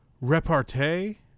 repartee